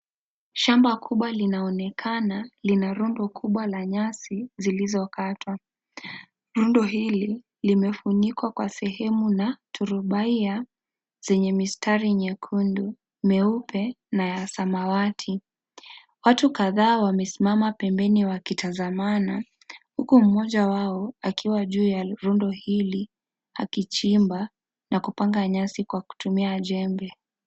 Shamba kubwa linaonekana. Lina lundo kubwa la nyasi zilizokatwa. Lund hili, limefunikwa kwa sehemu na trubaiya zenye mistari nyekundu, meupe na ya samawati. Watu kadhaa wamesimama bembeni wakitazamana, huku mmoja wao akiwa juu ya lundo hili, akichimba, na kupanga nyasi kwa kutumia jembe.